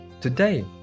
Today